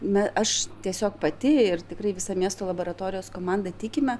na aš tiesiog pati ir tikrai visa miesto laboratorijos komanda tikime